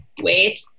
wait